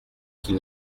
qu’il